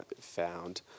found